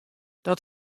dat